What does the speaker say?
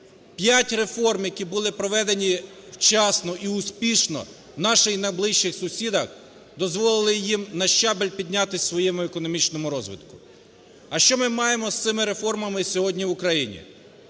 П'ять реформ, які були проведені вчасно і успішно у наших найближчих сусідів, дозволили їм на щабель піднятись в своєму економічному розвитку. А що ми маємо з цими реформами сьогодні в Україні?